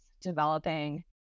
developing